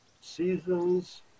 seasons